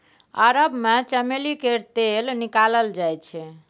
अरब मे चमेली केर तेल निकालल जाइ छै